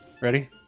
Ready